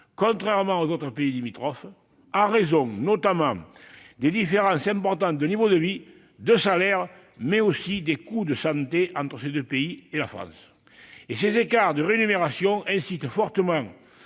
développement de celle-ci, en raison, notamment, de différences importantes de niveaux de vie, de salaires, mais aussi de coûts de santé entre ces deux pays et la France. Les écarts de rémunération incitent fortement